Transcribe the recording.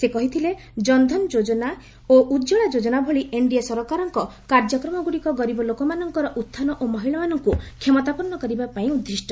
ସେ କହିଥିଲେ ଜନଧନ ଯୋଜନା ଓ ଉଚ୍ଚକା ଯୋଜନା ଭଳି ଏନ୍ଡିଏ ସରକାରଙ୍କ କାର୍ଯ୍ୟକ୍ରମଗୁଡ଼ିକ ଗରିବ ଲୋକମାନଙ୍କର ଉତ୍ଥାନ ଓ ମହିଳାମାନଙ୍କୁ କ୍ଷମତାପନ୍ନ କରିବା ପାଇଁ ଉଦିଷ୍ଟ